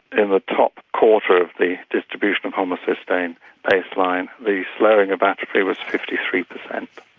in the top quarter of the distribution of homocysteine base line, the slowing of atrophy was fifty three percent.